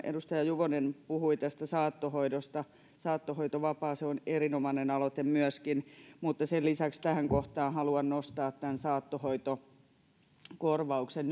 edustaja juvonen puhui tästä saattohoidosta niin myöskin saattohoitovapaa on erinomainen aloite mutta sen lisäksi tähän kohtaan haluan nostaa tämän saattohoitokorvauksen